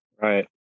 Right